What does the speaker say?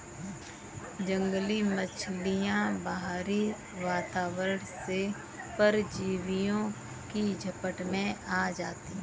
जंगली मछलियाँ बाहरी वातावरण से परजीवियों की चपेट में आ जाती हैं